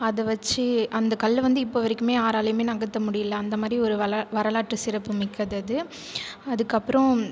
அதை வச்சு அந்த கல்லை வந்து இப்போ வரைக்குமே யாராலையுமே நகர்த்த முடியலை அந்த மாதிரி ஒரு வரலாற்று சிறப்புமிக்கது அது அதுக்கப்புறம்